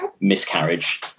miscarriage